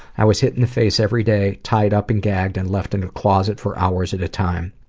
i was hit in the face every day, tied up and gagged and left in a closet for hours at a time.